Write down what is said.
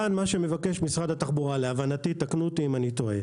כאן מה שמבקש משרד התחבורה להבנתי ותקנו אותי אם אני טועה